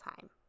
time